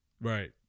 Right